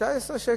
19 שקל,